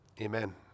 Amen